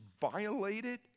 violated